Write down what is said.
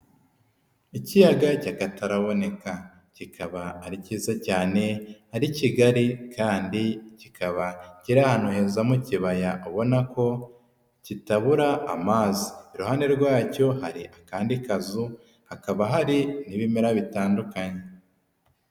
Ikiyaga cy'akataraboneka. Kikaba ari cyiza cyane ari kigari kandi kikaba kiri ahantu mu kibaya, abona ko kitabura amazi. iruhande rwacyo hari akandi kazu hakaba hari ibimera bitandukanye.